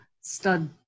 stud